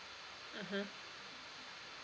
mmhmm